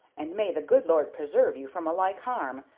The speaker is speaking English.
and may the good lord preserve you from a like harm,